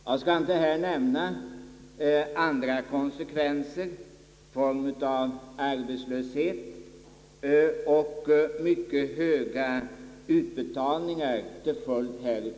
Jag skall inte nu nämna andra konsekvenser i form av arbetslöshet och mycket höga utbetalningar till följd härav.